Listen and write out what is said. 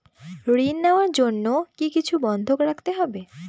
ঋণ নেওয়ার জন্য কি কিছু বন্ধক রাখতে হবে?